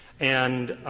and